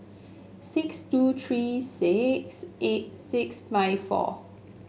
six two three six eight six five four